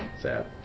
sad